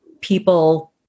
people